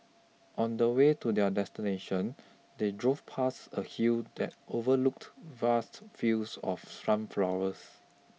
on the way to their destination they drove past a hill that overlooked vast fields of sunflowers